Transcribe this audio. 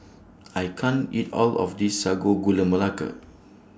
I can't eat All of This Sago Gula Melaka